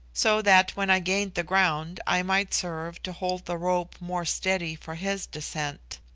so that when i gained the ground i might serve to hold the rope more steady for his descent.